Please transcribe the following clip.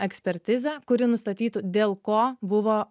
ekspertizę kuri nustatytų dėl ko buvo